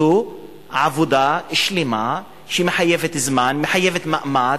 זו עבודה שלמה שמחייבת זמן, מחייבת מאמץ.